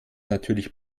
natürlich